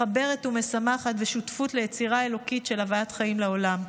מחברת ומשמחת ושותפות ליצירה האלוקית של הבאת חיים לעולם.